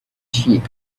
sheep